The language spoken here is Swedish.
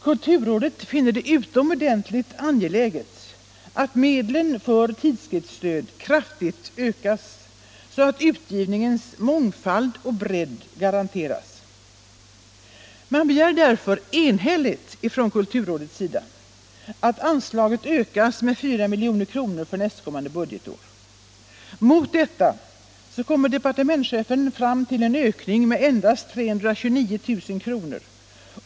Kulturrådet finner det utomordentligt angeläget att medlen för tidskriftsstödet kraftigt ökas, så att utgivningens mångfald och bredd garanteras. Därför begär kulturrådet enhälligt att anslaget ökas med 4 milj.kr. för nästkommande budgetår. Mot detta kommer departementschefen fram till en ökning med endast 329 000 kr.